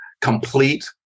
complete